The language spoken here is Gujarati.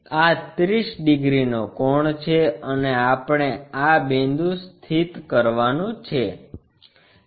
આ 30 ડિગ્રીનો કોણ છે અને આપણે આ બિંદુ સ્થિત કરવાનું છે